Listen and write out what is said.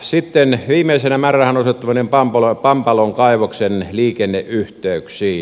sitten viimeisenä määrärahan osoittaminen pampalon kaivoksen liikenneyhteyksiin